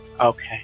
Okay